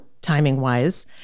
timing-wise